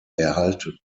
erhalten